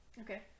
Okay